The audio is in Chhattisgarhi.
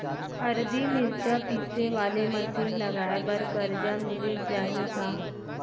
हरदी, मिरचा पीसे वाले मशीन लगाए बर करजा मिलिस जाही का?